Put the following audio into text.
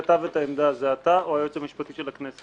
שאלה ליועץ המשפטי: מי שכתב את העמדה זה אתה או היועץ המשפטי של הכנסת?